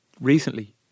recently